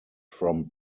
from